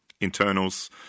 internals